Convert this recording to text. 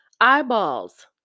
eyeballs